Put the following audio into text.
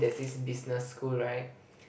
there's this business school right